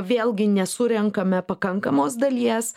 vėlgi nesurenkame pakankamos dalies